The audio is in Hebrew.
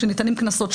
כשניתנים קנסות,